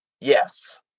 yes